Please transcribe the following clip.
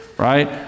Right